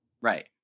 Right